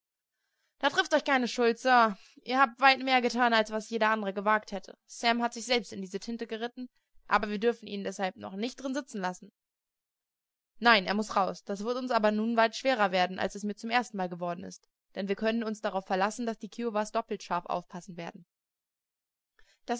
da trifft euch keine schuld sir ihr habt weit mehr getan als was jeder andere gewagt hätte sam hat sich selbst in diese tinte geritten aber wir dürfen ihn deshalb doch nicht drin sitzen lassen nein er muß heraus das wird uns aber nun weit schwerer werden als es mir zum erstenmal geworden ist denn wir können uns darauf verlassen daß die kiowas doppelt scharf aufpassen werden